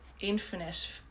infinite